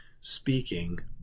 speaking